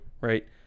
right